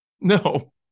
No